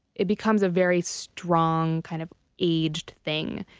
it becomes a very strong, kind of aged thing,